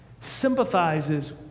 sympathizes